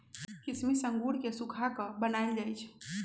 किशमिश अंगूर के सुखा कऽ बनाएल जाइ छइ